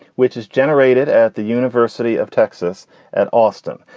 which is generated at the university of texas at austin.